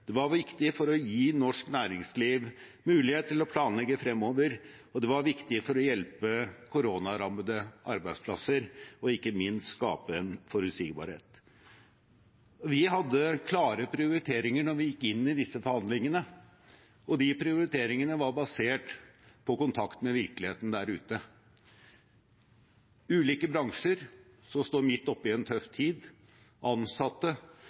det var viktig for å gi norsk næringsliv mulighet til å planlegge fremover, det var viktig for å hjelpe koronarammede arbeidsplasser og ikke minst for å skape en forutsigbarhet. Vi hadde klare prioriteringer da vi gikk inn i disse forhandlingene, og de prioriteringene var basert på kontakt med virkeligheten der ute, ulike bransjer som står midt oppe i en tøff tid, ansatte,